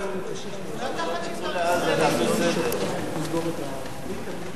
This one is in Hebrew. לא תחת שלטון ישראלי.